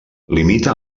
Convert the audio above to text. limita